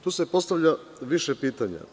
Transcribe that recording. Tu se postavlja više pitanja.